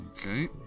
Okay